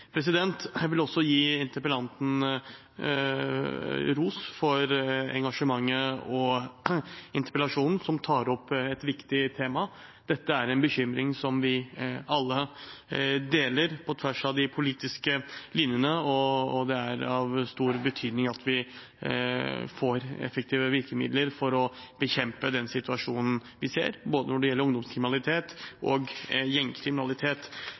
Jeg vil også gi interpellanten ros for engasjementet og interpellasjonen, som tar opp et viktig tema. Dette er en bekymring som vi alle deler, på tvers av de politiske linjene, og det er av stor betydning at vi får effektive virkemidler for å bekjempe den situasjonen vi ser, når det gjelder både ungdomskriminalitet og gjengkriminalitet.